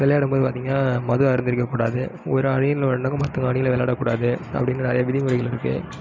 வெளையாடும் போது பார்த்தீங்கனா மது அருந்தியிருக்க கூடாது ஒரு அணியில் விளாண்டவுங்க மத்தவங்க அணியில் விளாட கூடாது அப்படின்னு நிறைய விதிமுறைகள் இருக்கு